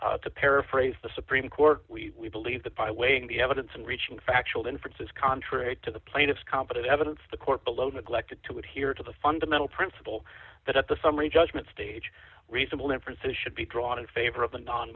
ago to paraphrase the supreme court we believe that by weighing the evidence and reaching factual inference is contrary to the plaintiff's competent evidence the court below neglected to adhere to the fundamental principle that the summary judgment stage reasonable inferences should be drawn in favor of the non